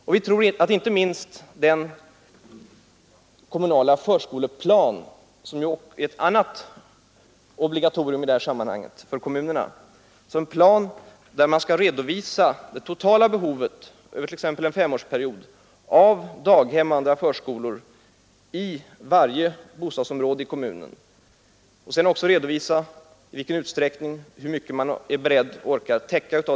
Ett annat obligatorium för kommunerna är den kommunala förskoleplanen, en plan där man alltså skall redovisa det totala behovet av daghem och andra förskolor i varje bostadsområde i kommunen över t.ex. en femårsperiod och dessutom redovisa hur mycket av detta behov man kan täcka.